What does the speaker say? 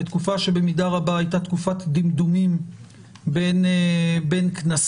בתקופה שבמידה רבה הייתה תקופת דמדומים בין כנסות,